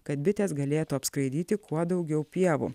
kad bitės galėtų apskraidyti kuo daugiau pievų